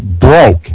broke